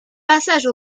passage